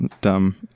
dumb